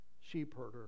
sheepherder